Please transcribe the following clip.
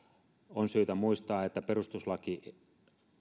on syytä muistaa että perustuslaki